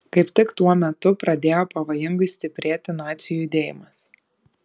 kaip tik tuo metu pradėjo pavojingai stiprėti nacių judėjimas